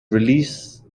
release